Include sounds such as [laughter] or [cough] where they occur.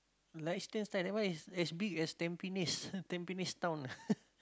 Liechtenstein that one is as big as Tampines [laughs] Tampines town ah [laughs]